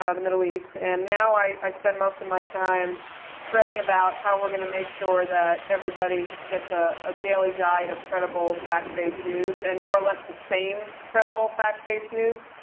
ah the middle east. and now i i spend most of my time fretting about how we're gonna make sure that everybody gets a ah daily diet of credible, fact-based news. and more or less the same credible fact-based news.